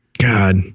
God